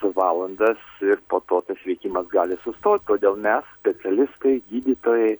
valandas ir po to tas veikimas gali sustot todėl mes specialistai gydytojai